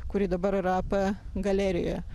kuri dabar yra ap galerijoje